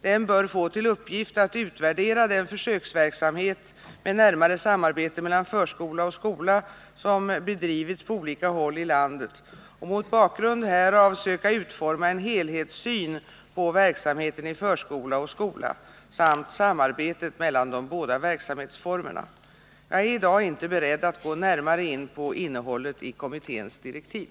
Den bör få till uppgift att utvärdera den försöksverksamhet med närmare samarbete mellan förskola och skola som bedrivits på olika håll i landet och mot bakgrund härav söka utforma en helhetssyn på verksamheten i förskola och skola, samt samarbetet mellan de båda verksamhetsformerna. Jag är i dag inte beredd att gå närmare in på innehållet i kommitténs direktiv.